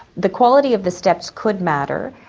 the quality of the steps could matter.